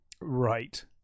Right